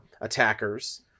attackers